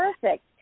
perfect